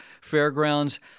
fairgrounds